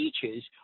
teachers